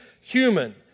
human